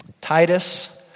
Titus